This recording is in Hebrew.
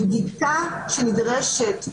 הבדיקה שנדרשת,